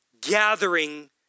gathering